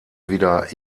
wieder